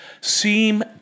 seem